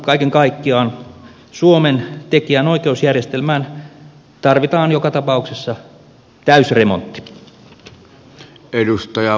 kaiken kaikkiaan suomen tekijänoikeusjärjestelmään tarvitaan joka tapauksessa täysremontti